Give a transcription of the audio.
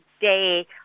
day